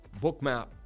Bookmap